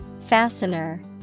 Fastener